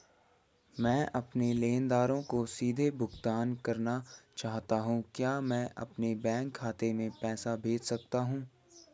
मैं अपने लेनदारों को सीधे भुगतान करना चाहता हूँ क्या मैं अपने बैंक खाते में पैसा भेज सकता हूँ?